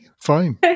fine